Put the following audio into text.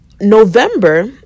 November